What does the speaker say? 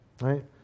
right